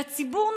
הציבור,